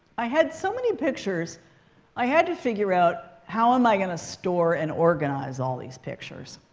i had so many pictures i had to figure out, how am i going to store and organize all these pictures?